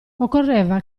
occorreva